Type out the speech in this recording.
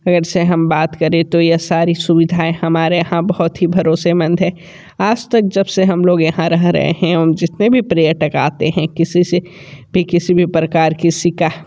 अगरचे हम बात करें तो ये सारी सुविधाएं हमारे यहाँ बहुत ही भरोसेमंद है आज तक जब से हम यहाँ रह रहे हैं और जितने भी पर्यटक आते हैं किसी से भी किसी भी प्रकार की शिका